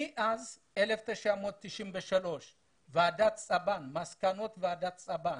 מאז 1993 לפי מסקנות ועדת סבן